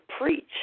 preach